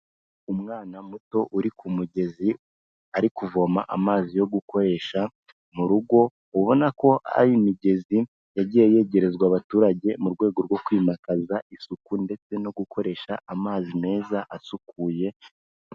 Umwana muto uri ku mugezi, ari kuvoma amazi yo gukoresha mu rugo, ubona ko ari imigezi yagiye yegerezwa abaturage mu rwego rwo kwimakaza isuku ndetse no gukoresha amazi meza asukuye